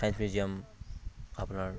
science museum আপোনাৰ